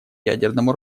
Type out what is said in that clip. ядерному